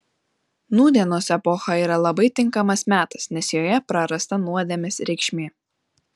nūdienos epocha yra labai tinkamas metas nes joje prarasta nuodėmės reikšmė